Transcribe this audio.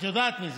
את יודעת מזה?